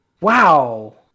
Wow